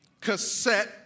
cassette